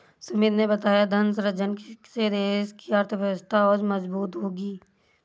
सुमित ने बताया धन सृजन से देश की अर्थव्यवस्था और मजबूत होगी